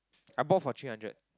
I bought for three hundred